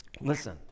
Listen